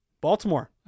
Baltimore